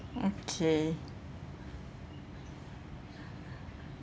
okay